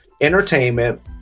entertainment